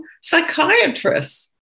psychiatrists